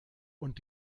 und